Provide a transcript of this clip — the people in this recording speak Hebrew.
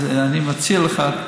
אז אני מציע לך,